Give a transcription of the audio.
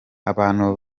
abantu